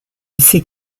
ces